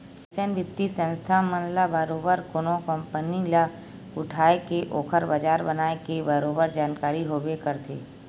अइसन बित्तीय संस्था मन ल बरोबर कोनो कंपनी ल उठाय के ओखर बजार बनाए के बरोबर जानकारी होबे करथे